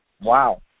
Wow